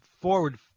forward